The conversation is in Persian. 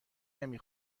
نمی